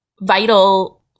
vital